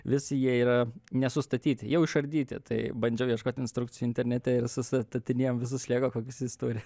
visi jie yra nesustatyti jau išardyti tai bandžiau ieškot instrukcijų internete ir susa tatinėjom visus lego kokius jis turi